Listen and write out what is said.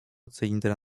cylindra